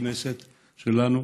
בכנסת שלנו.